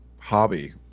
hobby